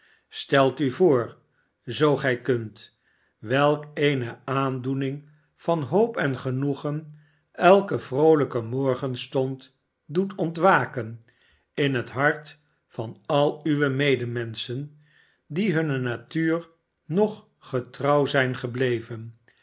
stelt u voor zoo gij kunt welk eene aandoening van hoop en genoegen elke vroolijke morgenstond doet ontwaken in het hart van al uwe medemenschen die hunne natuur nog getrouw zijn gebleven